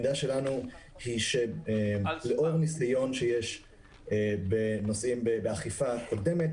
העמדה שלנו היא שלאור ניסיון שיש באכיפה קודמת,